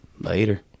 Later